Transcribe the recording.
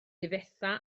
difetha